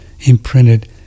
imprinted